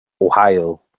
Ohio